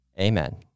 amen